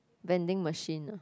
vending machine ah